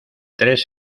tres